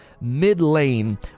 mid-lane